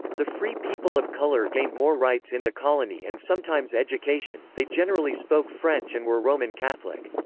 the free people of color gained more rights in the colony and sometimes education they generally spoke french and were roman catholic.